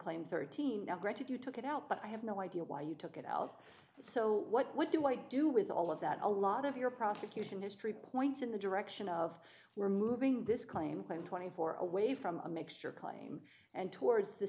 claim thirteen now granted you took it out but i have no idea why you took it out so what do i do with all of that a lot of your prosecution history points in the direction of we're moving this claim claim twenty four away from a mixture claim and towards the